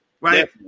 right